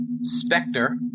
Spectre